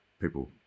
people